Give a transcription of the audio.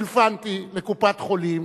טלפנתי לקופת-חולים,